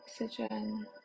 oxygen